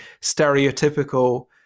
stereotypical